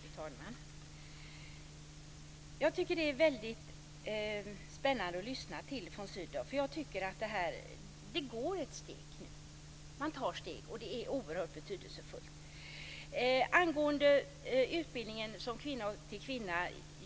Fru talman! Jag tycker att det är väldigt spännande att lyssna till von Sydow, för jag tycker att det tas steg nu. Man tar steg, och det är oerhört betydelsefullt. Angående utbildningen som Kvinna till kvinna